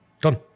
Done